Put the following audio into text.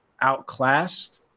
outclassed